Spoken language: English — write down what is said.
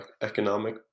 economic